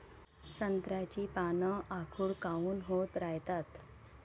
संत्र्याची पान आखूड काऊन होत रायतात?